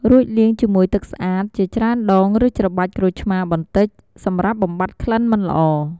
រួចលាងជាមួយទឹកស្អាតជាច្រើនដងឬច្របាច់ក្រូចឆ្មាបន្តិចសំរាប់បំបាត់ក្លិនមិនល្អ។